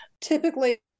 typically